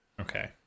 Okay